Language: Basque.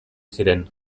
ziren